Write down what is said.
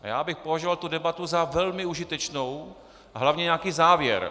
Já bych považoval tu debatu za velmi užitečnou, hlavně nějaký závěr.